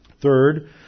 Third